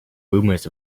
rumors